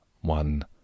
one